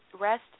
rest